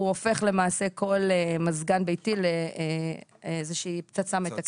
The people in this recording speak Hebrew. הוא הופך למעשה כל מזגן ביתי לאיזושהי פצצה מתקתקת.